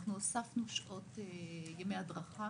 אנחנו הוספנו ימי הדרכה,